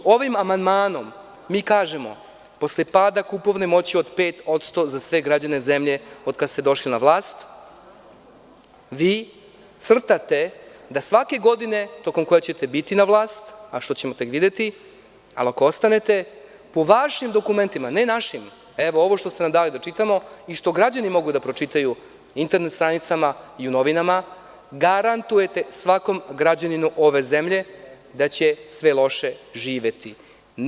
Ovim amandmanom mi kažemo, posle pada kupovne moći od 5% za sve građane zemlje od kada ste došli na vlast, vi crtate da svake godine, tokom koje ćete biti na vlasti, a što ćemo tek videti, ali ako ostanete, u vašim dokumentima, ne našim, ovo što ste nam dali da čitamo i što građani mogu da pročitaju na internet stranicama i u novinama, garantujete svakom građaninu ove zemlje da će sve lošije živeti.